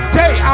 day